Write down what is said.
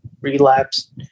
relapsed